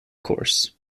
course